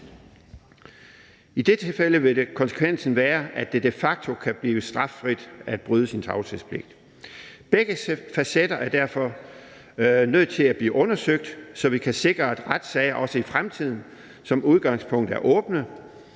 I det tilfælde vil konsekvensen være, at det de facto kan blive straffrit at bryde sin tavshedspligt. Begge facetter er derfor nødt til at blive undersøgt, så vi kan sikre, at retssager også i fremtiden som udgangspunkt er åbne,